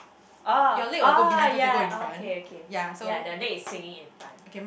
oh oh ya okay okay ya the leg is swinging in front